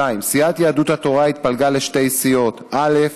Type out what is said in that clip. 2. סיעת יהדות התורה התפלגה לשתי סיעות: א.